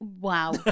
Wow